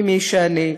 ממי שאני,